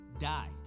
died